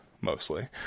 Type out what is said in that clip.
mostly